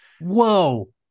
Whoa